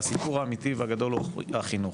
הסיפור האמיתי והגדול הוא החינוך.